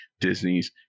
Disney's